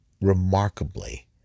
remarkably